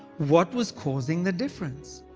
what was causing the difference?